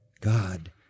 God